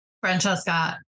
Francesca